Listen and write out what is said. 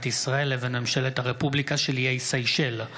ישראל לבין ממשלת הרפובליקה של איי סיישל.